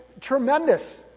tremendous